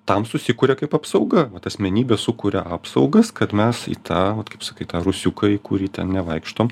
tam susikuria kaip apsauga vat asmenybė sukuria apsaugas kad mes į tą kaip sakyt tą rūsiuką į kurį ten nevaikštom